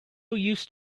used